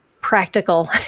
practical